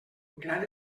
gran